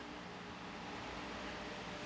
I think